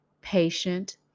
patient